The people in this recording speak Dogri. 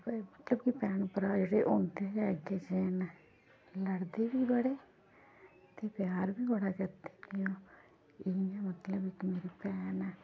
मतलब कि भैन भ्राऽ जेह्ड़े होंदे गै इक जेह् न लड़दे बी बड़े ते प्यार बी बड़ा करदे इ'यां मतलब इक मेरी भैन ऐ